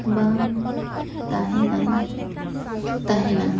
ᱵᱟᱝ ᱛᱟᱦᱮᱸᱠᱟᱱ ᱛᱟᱦᱮᱸᱱᱟ